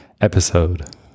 episode